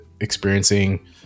experiencing